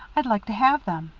i'd like to have them.